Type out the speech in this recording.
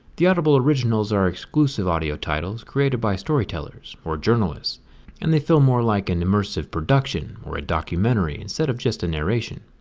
the audible originals are exclusive audio titles created by storytellers or journalists and the feel more like an immersive production or a documentary instead of just a narration.